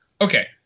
Okay